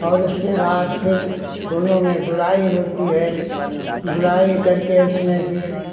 और उसके बाद फिर कोनों में गुड़ाई होती है गुड़ाई करके उसमें फिर